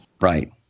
Right